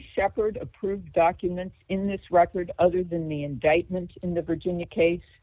shepherd approved documents in this record other than the indictment in the virginia case